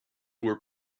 were